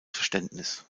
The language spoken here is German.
verständnis